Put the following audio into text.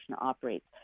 operates